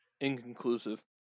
inconclusive